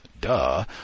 Duh